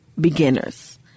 beginners